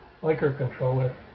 microcontroller